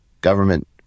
government